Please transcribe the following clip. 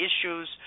issues